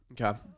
Okay